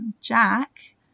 Jack